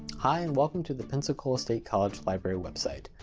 hi and welcome to the pensacola state college library website.